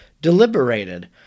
deliberated